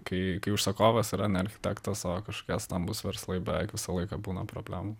kai užsakovas yra ne architektas o kažkokie stambūs verslai beveik visą laiką būna problemų